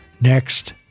Next